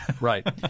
Right